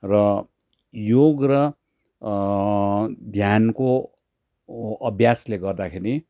र योग र ध्यानको अभ्यासले गर्दाखेरि